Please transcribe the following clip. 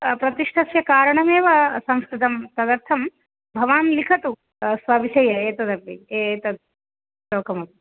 प्रतिष्ठस्य कारणमेव संस्कृतं तदर्थं भवान् लिखतु स्वविषये एतदपि एतत् श्लोकमपि